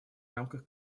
рамках